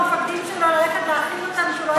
המפקדים שלו ללכת להאכיל אותם והוא לא יעשה את זה?